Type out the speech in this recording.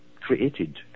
created